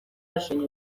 yashenye